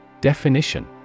Definition